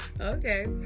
Okay